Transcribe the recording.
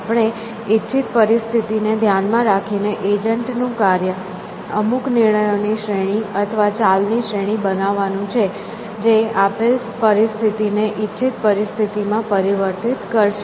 આપેલી ઇચ્છિત પરિસ્થિતિને ધ્યાનમાં રાખીને એજન્ટ નું કાર્ય અમુક નિર્ણયો ની શ્રેણી અથવા ચાલની શ્રેણી બનાવવાનું છે જે આપેલ પરિસ્થિતિને ઇચ્છિત પરિસ્થિતિમાં પરિવર્તિત કરશે